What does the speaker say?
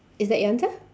is that your answer